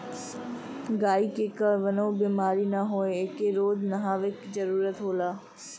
गायी के कवनो बेमारी ना होखे एके रोज नहवावे जरुरत होला